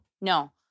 no